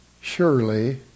surely